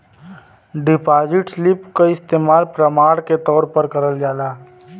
deposit slip क इस्तेमाल प्रमाण के तौर पर करल जाला